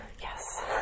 Yes